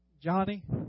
Johnny